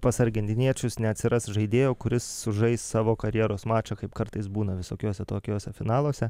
pas argentiniečius neatsiras žaidėjo kuris sužais savo karjeros mačą kaip kartais būna visokiuose tokiuose finaluose